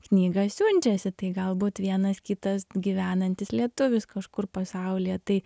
knygą siunčiasi tai galbūt vienas kitas gyvenantis lietuvis kažkur pasaulyje tai